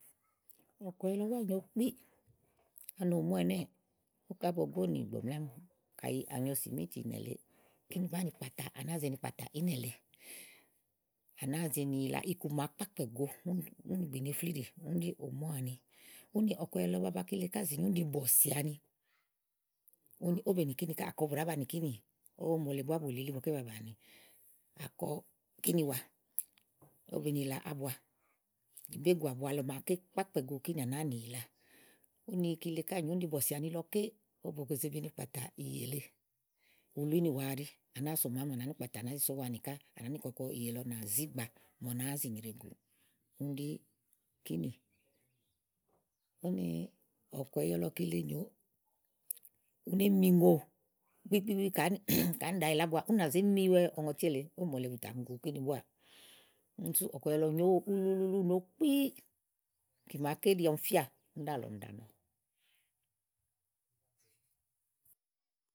ɔ̀kùɛ̀yɛ lɔ búá nyòo kpí ani òmóò ɛnɛ́ɛ̀ ówo ká bo gu ówò nì gbɔ̀mlɛ̀ ámi kayi à nyo sìmítì ìnɛ̀ lèeè kínì bàáa nì kpàtà nàáa ze ni kpàtà ínɛ̀ lèe à nàáa ze ni yila íku màa kpákpɛ̀go kóŋ úni gbìnè ifli íɖì úni ɖí òmóò àni. úni ɔ̀kùɛ̀yɛ lɔ kile baba ká zì nyo úni ɖi bɔ̀sì àni úni ówóbe nì kínì ká àkɔ bu ɖàá banìi kínì ówò mòole búá bù lili ígbɔké ba bàni àkɔ kíni wa ówó be ni yila ábua bégù àbua le búá màaké kpàkpɛ̀go úni kínì à nàáa nì yila. úni kile ká nyòo úni ɖi bɔ̀sì àni lɔ ké bògòzè be ni kpàtà ìyè lèe ulu ínìwà ɛ́ɛɖí à nàáa so màámi à nàá ni kpàtà à nàá zi sòo màámi ká à nàá nì kɔkɔ ìyè lɔ mà zí gbàa ú nàá zi nyrèegúú. úni ɖí kínì úni ɔ̀kùɛ̀yɛ lɔ kile nyòo ù ne mìùŋò gbigbigbi ka àámi ɖàa yila ábua ú nà zé miwɛ ɔŋɔtí èle. ówò mòole bù tà mi gu kíni búáà úni sú ɔkùɛ̀yɛ lɔ nyòoówò ululuulu ù nyo kpíí kìma ké éɖi ɔmi fíà kíni ɖálɔ̀ɔ ɔmi ɖàa nɔ.